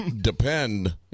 depend